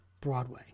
Broadway